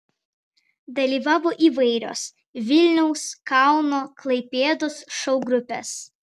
dalyvavo įvairios vilniaus kauno klaipėdos šou grupės